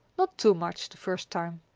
not too much the first time.